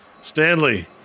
Stanley